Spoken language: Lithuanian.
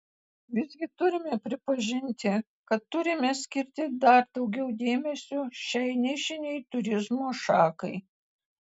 visgi turime pripažinti kad turime skirti dar daugiau dėmesio šiai nišinei turizmo šakai